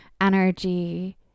energy